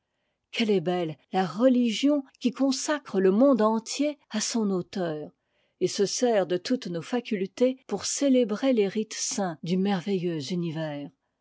qu'elle est belle la religion qui consacre le monde entier à son auteur et se sert de toutes nos facultés pour célébrer les rites saints du merveilleux univers